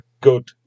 good